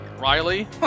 Riley